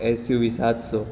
SUV સાતસો